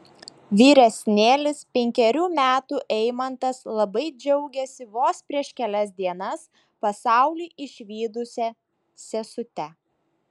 vyresnėlis penkerių metų eimantas labai džiaugiasi vos prieš kelias dienas pasaulį išvydusia sesute